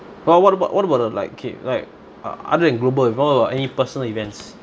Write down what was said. well what about what about the like okay like ah other than global what about any personal events